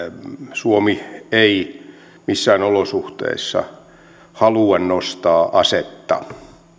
suomi ei missään olosuhteissa halua nostaa asetta